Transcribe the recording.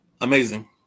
Amazing